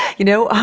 you know?